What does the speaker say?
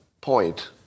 point